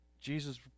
Jesus